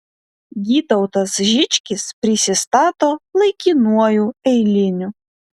gytautas žičkis prisistato laikinuoju eiliniu